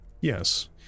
yes